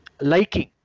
liking